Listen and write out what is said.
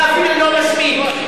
אתה אפילו לא מסמיק.